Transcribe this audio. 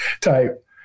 type